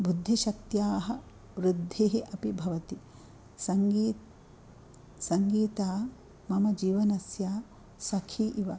बुद्धिशक्त्या वृद्धिः अपि भवति सङ्गी सङ्गिता मम जीवनस्य सखी इव